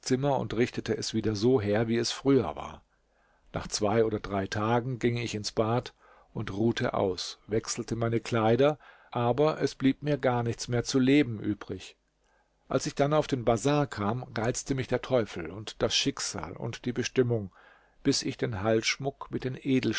zimmer und richtete es wieder so her wie es früher war nach zwei oder drei tagen ging ich ins bad und ruhte aus wechselte meine kleider aber es blieb mir gar nichts mehr zu leben übrig als ich dann auf den bazar kam reizte mich der teufel und das schicksal und die bestimmung bis ich den halsschmuck mit den